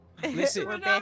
Listen